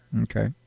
Okay